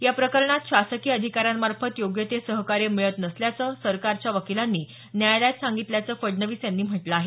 या प्रकरणात शासकीय अधिकाऱ्यांमार्फत योग्य ते सहकार्य मिळत नसल्याचं सरकारच्या वकिलांनी न्यायालयात सांगितल्याचं फडणवीस यांनी म्हटलं आहे